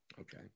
Okay